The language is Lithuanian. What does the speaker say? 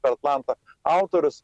per atlantą autorius